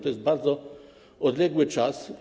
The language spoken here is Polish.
To jest bardzo odległy czas.